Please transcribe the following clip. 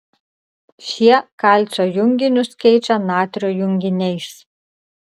šie kalcio junginius keičia natrio junginiais